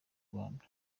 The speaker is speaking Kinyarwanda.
rwanda